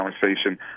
conversation